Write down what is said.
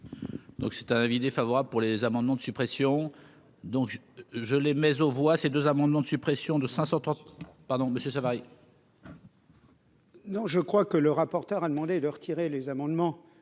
Donc c'est un avis défavorable pour les amendements de suppression donc je, je l'ai mais aux voix ces deux amendements de suppression de 500 pardon Monsieur Savary. Non, je crois que le rapporteur a demandé de retirer les amendements